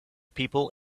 people